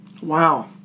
wow